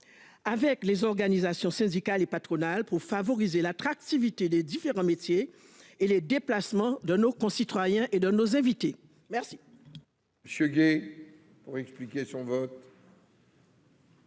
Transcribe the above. avec les organisations syndicales et patronales, afin de favoriser l'attractivité des différents métiers et les déplacements de nos concitoyens et de nos invités. La parole est à M. Fabien Gay, pour explication de vote.